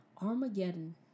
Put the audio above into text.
armageddon